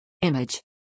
Image